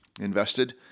invested